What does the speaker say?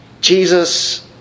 Jesus